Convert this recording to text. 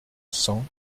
cent